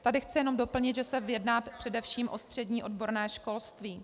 Tady chci jenom doplnit, že se jedná především o střední odborné školství.